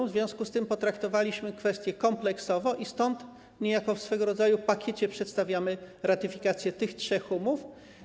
W związku z tym potraktowaliśmy kwestię kompleksowo i stąd niejako w swego rodzaju pakiecie przedstawiamy ratyfikację tych trzech umów.